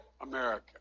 America